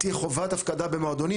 תהיה חובת הפקדה במועדונים.